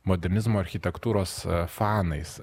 modernizmo architektūros fanais